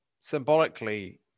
symbolically